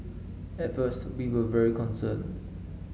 at first we were very concerned